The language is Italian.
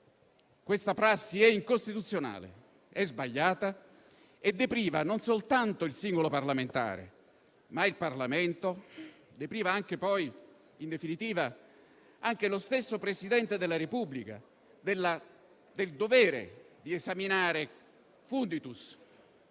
Questa prassi è incostituzionale e sbagliata e depriva non soltanto il singolo parlamentare, ma il Parlamento e, in definitiva, anche lo stesso Presidente della Repubblica del dovere di esaminare *funditus*